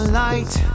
light